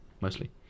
mostly